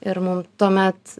ir mum tuomet